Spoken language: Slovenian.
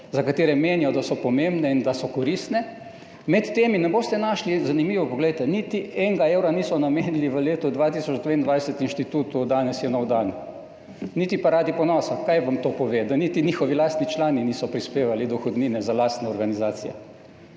za katere menijo, da so pomembne in koristne, med temi ne boste našli, zanimivo, niti enega evra niso namenili v letu 2022 inštitutu Danes je nov dan, niti Paradi ponosa. Kaj vam to pove? Da niti njihovi lastni člani niso prispevali dohodnine za lastne organizacije,